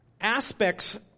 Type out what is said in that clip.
aspects